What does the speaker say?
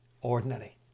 ordinary